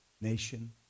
nation